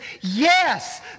yes